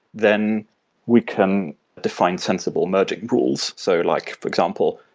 then we can define sensible merging rules. so like for example,